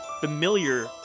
familiar